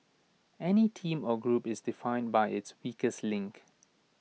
any team or group is defined by its weakest link